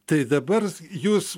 tai dabar jūs